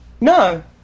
no